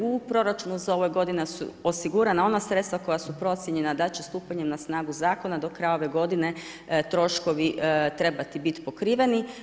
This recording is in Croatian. U proračunu za ovu godinu su osigurana ona sredstva koja su procijenjena da će stupanjem na snagu zakona do kraja ove godine troškovi trebati biti pokriveni.